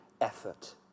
effort